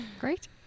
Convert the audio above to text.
Great